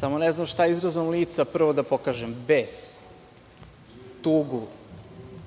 samo ne znam šta izrazom lica prvo da pokažem – bes, tugu,